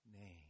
name